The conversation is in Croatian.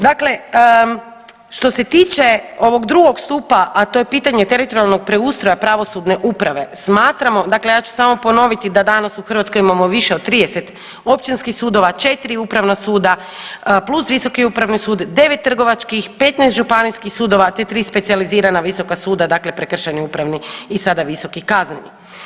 Dakle, što se tiče ovog drugog stupa, a to je pitanje teritorijalnog preustroja pravosudne uprave smatramo, dakle ja ću samo ponoviti da danas u Hrvatskoj imamo više od 30 općinskih sudova, 4 upravna suda plus visoki upravni sud, 9 trgovačkih, 15 županijskih sudova, te 3 specijalizirana visoka suda, dakle prekršajni, upravni i sada visoki kazneni.